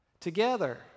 Together